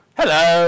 hello